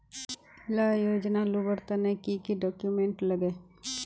इला योजनार लुबार तने की की डॉक्यूमेंट लगे?